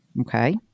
Okay